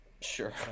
Sure